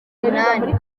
munani